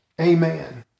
amen